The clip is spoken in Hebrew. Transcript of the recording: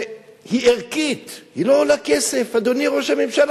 שהיא ערכית, היא לא עולה כסף, אדוני ראש הממשלה.